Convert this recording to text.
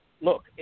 look